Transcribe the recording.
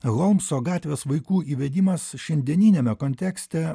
lomso gatvės vaikų įvedimas šiandieniniame kontekste